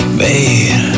made